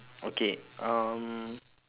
okay um